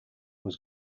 was